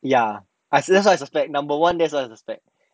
ya so that's why I suspect number one that's why I suspect